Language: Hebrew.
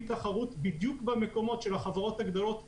תחרות בדיוק במקומות שלחברות הגדולות קשה,